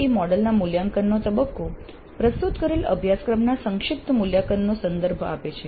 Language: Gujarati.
ADDIE મોડલ ના મૂલ્યાંકનનો તબક્કો પ્રસ્તુત કરેલ અભ્યાસક્રમના સંક્ષિપ્ત મૂલ્યાંકનનો સંદર્ભ આપે છે